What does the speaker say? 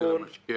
שר